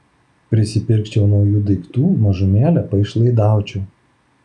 prisipirkčiau naujų daiktų mažumėlę paišlaidaučiau